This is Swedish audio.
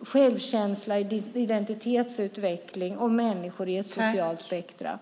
självkänsla och identitetsutveckling och människor i ett socialt spektrum?